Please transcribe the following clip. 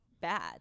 bad